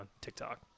TikTok